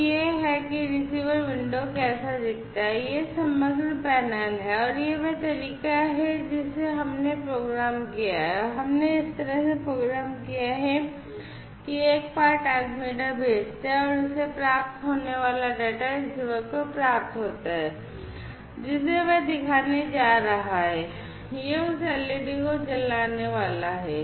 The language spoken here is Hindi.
तो यह है कि रिसीवर विंडो कैसा दिखता है और यह समग्र पैनल है और यह वह तरीका है जिसे हमने प्रोग्राम किया है हमने इस तरह से प्रोग्राम किया है कि एक बार ट्रांसमीटर भेजता है और इसे प्राप्त होने वाला डेटा रिसीवर को प्राप्त होता है जिसे वह दिखाने जा रहा है यह उस LED को जलाने वाला है